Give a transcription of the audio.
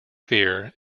fear